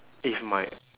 if my